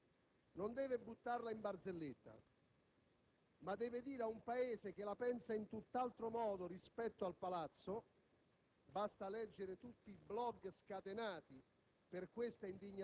Il ministro Mastella, o meglio, l'ex ministro Mastella non deve buttarla in barzelletta, ma deve dire ad un Paese che la pensa in tutt'altro modo rispetto al Palazzo